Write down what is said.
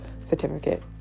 certificate